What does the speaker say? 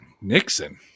Nixon